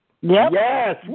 Yes